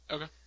Okay